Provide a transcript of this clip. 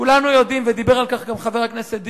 כולנו יודעים, ודיבר על כך גם חבר הכנסת דיכטר,